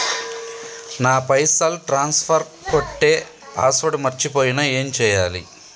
నా పైసల్ ట్రాన్స్ఫర్ కొట్టే పాస్వర్డ్ మర్చిపోయిన ఏం చేయాలి?